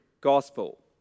gospel